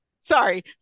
sorry